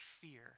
fear